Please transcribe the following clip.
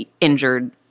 injured